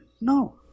No